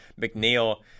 McNeil